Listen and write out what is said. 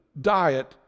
diet